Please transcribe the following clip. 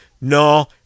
no